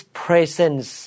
presence